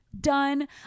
done